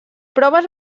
proves